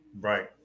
Right